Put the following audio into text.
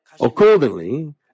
Accordingly